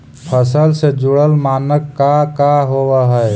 फसल से जुड़ल मानक का का होव हइ?